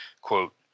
quote